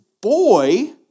boy